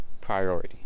priority